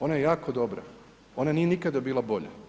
Ona je jako dobra, ona nije nikada bila bolja.